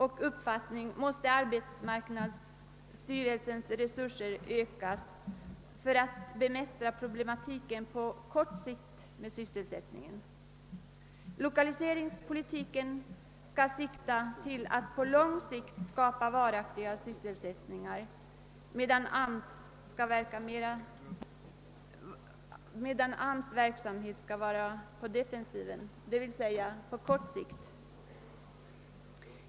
Enligt min uppfattning måste arbetsmarknadsstyrelsens resurser ökas för att vi på kort sikt skall kunna bemästra sysselsättningsproblemen. Lokaliseringspolitiken skall syfta till att skapa varaktig sysselsättning, medan AMS:s verksamhet skall vara på defensiven, d. v. s. verka på kort sikt.